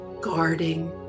guarding